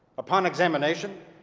upon examination,